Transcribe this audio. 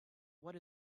what